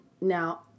Now